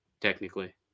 technically